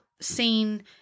seen –